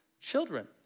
children